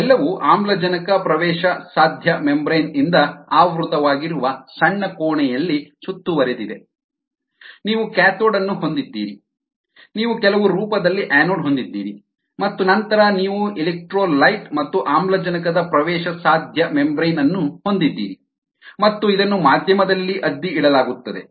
ಇವೆಲ್ಲವೂ ಆಮ್ಲಜನಕ ಪ್ರವೇಶಸಾಧ್ಯ ಮೆಂಬ್ರೇನ್ ಇಂದ ಆವೃತವಾಗಿರುವ ಸಣ್ಣ ಕೋಣೆಯಲ್ಲಿ ಸುತ್ತುವರೆದಿದೆ ನೀವು ಕ್ಯಾಥೋಡ್ ಅನ್ನು ಹೊಂದಿದ್ದೀರಿ ನೀವು ಕೆಲವು ರೂಪದಲ್ಲಿ ಆನೋಡ್ ಹೊಂದಿದ್ದೀರಿ ಮತ್ತು ನಂತರ ನೀವು ಎಲೆಕ್ಟ್ರೋಲೈಟ್ ಮತ್ತು ಆಮ್ಲಜನಕದ ಪ್ರವೇಶಸಾಧ್ಯ ಮೆಂಬ್ರೇನ್ ಅನ್ನು ಹೊಂದಿದ್ದೀರಿ ಮತ್ತು ಇದನ್ನು ಮಾಧ್ಯಮದಲ್ಲಿ ಅದ್ದಿ ಇಡಲಾಗುತ್ತದೆ